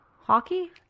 Hockey